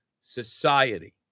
society